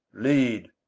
lead.